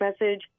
message